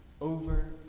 over